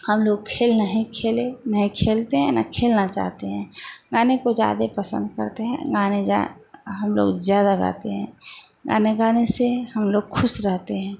हम लोग खेल नहीं खेले नहीं खेलते हैं ना खेलना चाहते हैं गाने को ज़्यादा पसंद करते हैं गाने हम लोग ज़्यादा गाते हैं गाना गाने से हमलोग ख़ुश रहते हैं